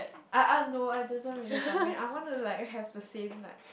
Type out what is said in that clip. I I know I just want little bothering I want to like have the same like